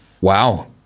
wow